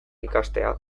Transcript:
ikastea